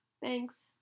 Thanks